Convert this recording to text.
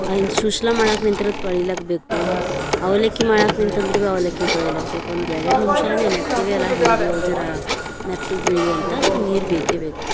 ಸೂಸ್ಲಾ ಮಾಡಕ್ಕೆ ನಿಂತ್ರೆ ತೊಳಿಲಕ್ಕ ಬೇಕು ಅವಲಕ್ಕಿ ಮಾಡಾಕ ನಿಂತೆ ಅಂದರೂ ಭೀ ಅವಲಕ್ಕಿ ತೊಳಿಲಕ್ಕ ಬೇಕು ಒಂದು ಎರಡು ಎರಡು ನಿಮ್ಷಾರ ನೆನೆ ಹಾಕ್ತೀವಿ ಅಲ್ಲ ಹೆಂಗೆ ಭೀ ಅವು ಜರಾ ಮೆತ್ತಗೆ ಬೀಳಲಿ ಅಂತ ಅದಕ್ಕೆ ನೀರು ಬೇಕೇ ಬೇಕು